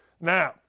Now